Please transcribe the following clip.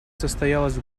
состоялась